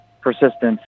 persistence